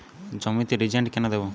জমিতে রিজেন্ট কেন দেবো?